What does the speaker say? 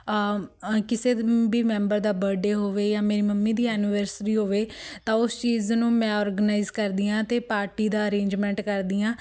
ਕਿਸੇ ਵੀ ਮੈਂਬਰ ਦਾ ਬਰਡੇ ਹੋਵੇ ਜਾਂ ਮੇਰੀ ਮੰਮੀ ਦੀ ਐਨੀਵਰਸਰੀ ਹੋਵੇ ਤਾਂ ਉਸ ਚੀਜ਼ ਨੂੰ ਮੈਂ ਔਰਗਨਾਈਜ਼ ਕਰਦੀ ਹਾਂ ਅਤੇ ਪਾਰਟੀ ਦਾ ਅਰੇਂਜਮੈਂਟ ਕਰਦੀ ਹਾਂ